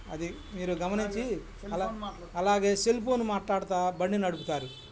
అది మీరు గమనించి అలా అలాగే సెల్ఫోన్ మాట్లాడతా బండి నడుపుతారు